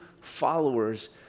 followers